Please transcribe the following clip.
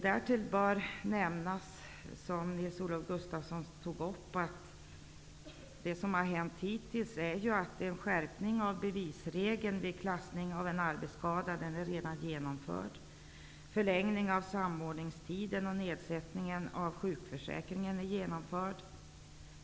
Därtill bör nämnas -- vilket Nils-Olof Gustafsson gjorde -- att skärpningen av bevisregeln vid klassning av en arbetsskada redan är genomförd. Förlängningen av samordningstiden och nedsättningen av beloppen inom sjukförsäkringen är genomförd.